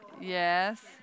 Yes